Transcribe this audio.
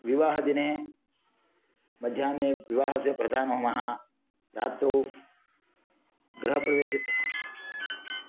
विवाहदिने मध्याह्ने विवाहस्य प्रधानहोमः रात्रौ गृहप्रवेशः